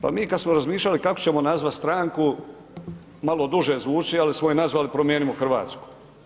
Pa mi kada smo razmišljali kako ćemo nazvati stranku malo duže zvuči, ali smo je nazvali Promijenimo Hrvatsku.